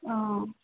অঁ